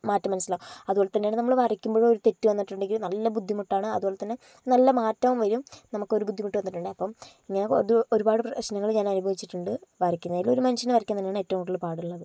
മാറ്റം മനസ്സിലാകും അതുപോലെ തന്നെയാണ് നമ്മള് വരയ്ക്കുമ്പോഴും ഒരു തെറ്റ് വന്നിട്ടുണ്ടെങ്കിൽ നല്ല ബുദ്ധിമുട്ടാണ് അതുപോലെ തന്നെ നല്ല മാറ്റവും വരും നമുക്കൊരു ബുദ്ധിമുട്ട് വന്നിട്ടൊണ്ട് അപ്പം ഇങ്ങനെ അത് ഒരുപാട് പ്രശ്ങ്ങള് ഞാൻ അനുഭവിച്ചിട്ടുണ്ട് വരക്കുന്നതില് ഒരു മനുഷ്യനെ വരക്കുന്നത് തന്നെയാണ് ഏറ്റവും കൂടുതല് പാടുള്ളത്